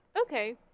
Okay